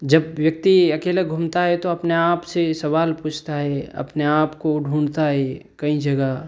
जब व्यक्ति अकेला घूमता है तो अपने आप से सवाल पूछता है अपने आपको ढूँढता है कई जगह